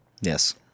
yes